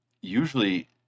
Usually